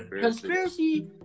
conspiracy